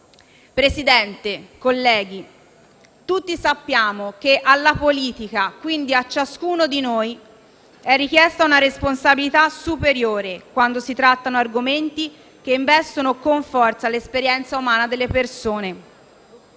Presidente, colleghi, tutti sappiamo che alla politica, quindi a ciascuno di noi, è richiesta una responsabilità superiore quando si trattano argomenti che investono con forza l'esperienza umana delle persone.